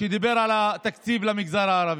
מדבר על התקציב למגזר הערבי.